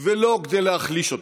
ולא כדי להחליש אותה,